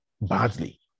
badly